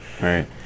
Right